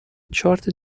چارت